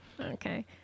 Okay